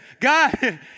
God